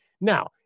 Now